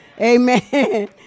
Amen